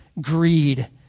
greed